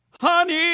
Honey